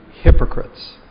hypocrites